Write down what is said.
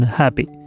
happy